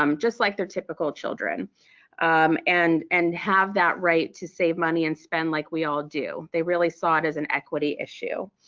um just like their typical children um and and have that right to save money and spend like we all do. they really saw it as an equity issue.